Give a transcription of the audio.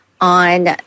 on